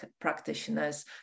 practitioners